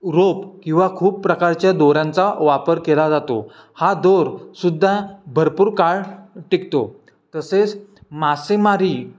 रोप किंवा खूप प्रकारच्या दोऱ्यांचा वापर केला जातो हा दोरसुद्धा भरपूर काळ टिकतो तसेच मासेमारी